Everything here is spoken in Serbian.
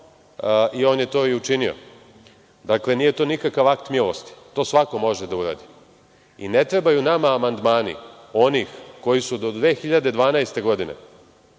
i on je to u učinio. Dakle, nije to nikakav akt milosti. To svako može da uradi. I, ne trebaju nama amandmani onih koji su do 2012. godine